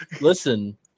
Listen